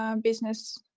business